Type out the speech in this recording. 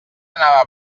anava